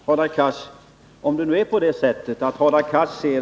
Herr talman!